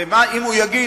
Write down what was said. ואם הוא יגיד,